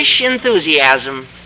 enthusiasm